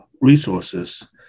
resources